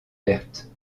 pertes